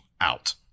out